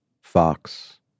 Fox